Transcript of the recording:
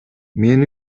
мен